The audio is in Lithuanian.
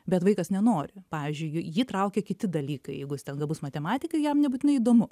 bet vaikas nenori pavyzdžiui jį traukia kiti dalykai jeigu jis ten gabus matematikai jam nebūtinai įdomu